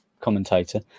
commentator